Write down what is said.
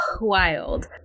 wild